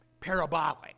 parabolic